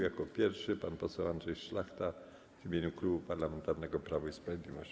Jako pierwszy głos zabierze pan poseł Andrzej Szlachta w imieniu Klubu Parlamentarnego Prawo i Sprawiedliwość.